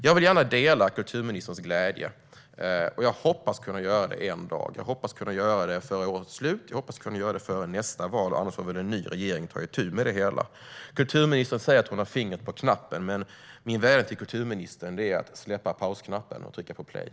Jag vill gärna dela kulturministerns glädje, och jag hoppas kunna göra det en dag. Jag hoppas kunna göra det före årets slut, och jag hoppas kunna göra det före nästa val, annars får en ny regering ta itu med det hela. Kulturministern säger att hon har fingret på knappen, men min vädjan är: Släpp pausknappen och tryck på Play!